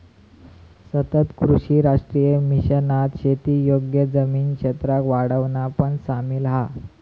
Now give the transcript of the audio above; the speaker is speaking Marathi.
सतत कृषी राष्ट्रीय मिशनात शेती योग्य जमीन क्षेत्राक वाढवणा पण सामिल हा